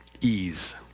Ease